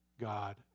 God